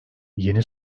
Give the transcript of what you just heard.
yeni